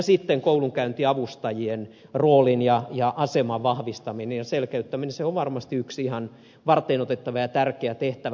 sitten koulunkäyntiavustajien roolin ja aseman vahvistaminen ja selkeyttäminen on varmasti yksi ihan varteenotettava ja tärkeä tehtävä